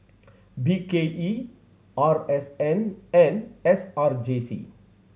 B K E R S N and S R J C